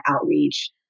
outreach